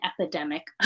epidemic